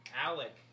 Alec